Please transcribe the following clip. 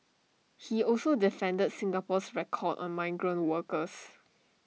he also defended Singapore's record on migrant workers